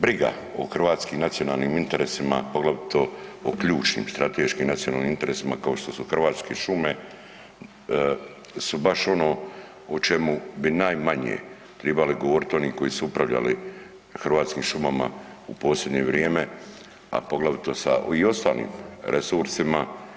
Briga o hrvatskim nacionalnim interesima, poglavito o ključnim strateškim nacionalnim interesima kao što su hrvatske šume su baš ono o čemu bi najmanje tribali govoriti oni koji su upravljali hrvatskim šumama u posljednje vrijeme, a poglavito sa i ostalim resursima.